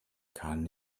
kann